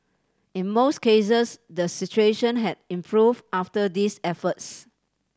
in most cases the situation had improved after these efforts